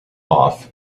off